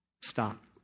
stop